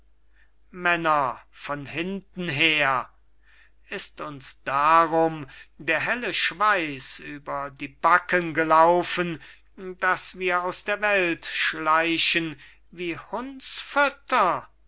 männer von hinten her ist uns darum der helle schweiß über die backen gelaufen daß wir aus der welt schleichen wie